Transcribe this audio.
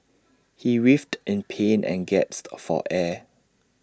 he writhed in pain and gasped for air